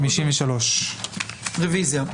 רויזיה.